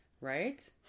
Right